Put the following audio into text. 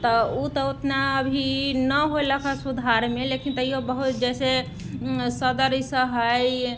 तऽ ओ तऽ उतना अभी नहि होलक हँ सुधारमे लेकिन तैयो बहुत जैसे सदर ई सब हइ